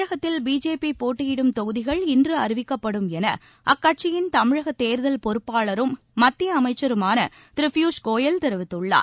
தமிழகத்தில் பிஜேபி போட்டியிடும் தொகுதிகள் இன்று அறிவிக்கப்படும் என அக்கட்சியின் தமிழக தேர்தல் பொறுப்பாளரும் மத்திய அமைக்கருமான திரு பியூஷ் கோயல் தெரிவித்துள்ளார்